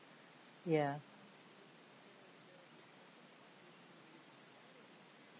ya